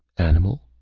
animal,